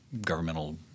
governmental